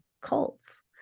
cults